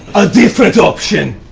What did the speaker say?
a different option.